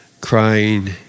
Crying